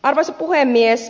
arvoisa puhemies